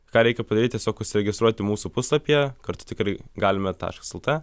ką reikia padaryti tiesiog užsiregistruoti mūsų puslapyje kartu tikrai galime taškas lt